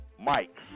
Mike